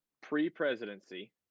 Pre-presidency